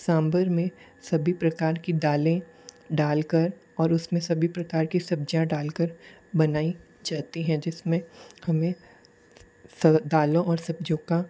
सांभर में सभी प्रकार की दालें डाल कर और उसमे सभी प्रकार की सब्जियाँ डाल कर बनाई जाती हैं जिसमें हमें दालों और सब्जियों का